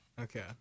Okay